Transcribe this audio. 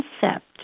concept